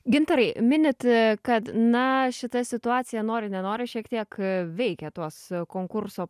gintarai minit kad na šita situacija nori nenori šiek tiek veikia tuos konkurso